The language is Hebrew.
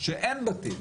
שאין בתים